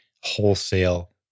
wholesale